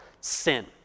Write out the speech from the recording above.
sin